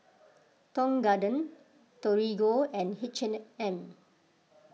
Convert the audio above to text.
Tong Garden Torigo and H and M